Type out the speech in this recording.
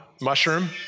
Mushroom